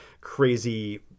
crazy